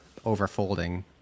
overfolding